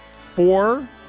four